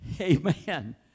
Amen